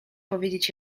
powiedzieć